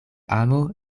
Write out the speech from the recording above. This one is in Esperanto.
amo